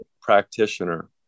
practitioner